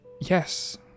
yes